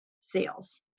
sales